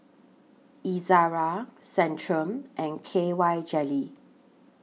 Ezerra Centrum and K Y Jelly